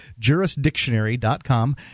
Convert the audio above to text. Jurisdictionary.com